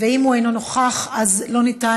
לא,